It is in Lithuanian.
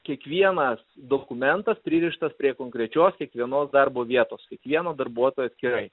kiekvienas dokumentas pririštas prie konkrečios kiekvienos darbo vietos kiekvieno darbuotojo atskirai